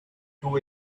two